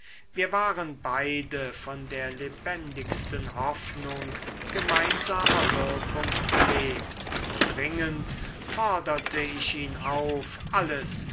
wir waren beide von der lebendigsten hoffnung gemeinsamer wirkung belebt dringend forderte ich ihn auf alles